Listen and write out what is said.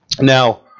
Now